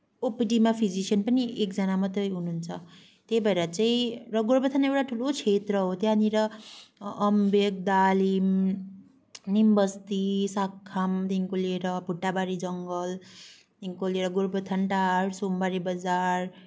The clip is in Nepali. ओपिडीमा फिजिसियन पनि एकजना मात्रै हुनुहुन्छ त्यही भएर चाहिँ र गोरुबथान एउटा ठुलो क्षेत्र हो त्यहाँनिर अम्बियोक डालिम निमबस्ती साकामदेखिको लिएर भुटाबारी जङ्गलदेखिको लिएर गोरुबथानटार सोमबारे बजार